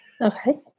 Okay